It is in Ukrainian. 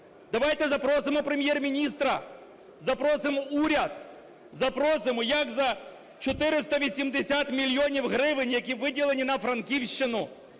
Давайте запросимо Прем'єр-міністра, запросимо уряд, запросимо, як за 480 мільйонів гривень, які виділені на Франківщину,